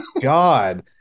God